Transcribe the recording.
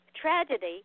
tragedy